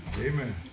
Amen